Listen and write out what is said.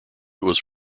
was